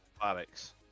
Alex